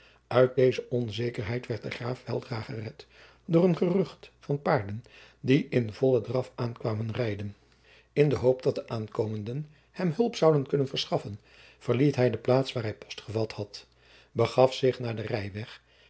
uit deze onzekerheid werd de graaf weldra gered door een gerucht van paarden die in vollen draf aan kwamen rijden in de hoop dat de aankomenden hem hulp zouden kunnen verschaffen verliet hij de plaats waar hij post gevat had begaf zich naar den rijweg